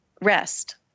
rest